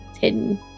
hidden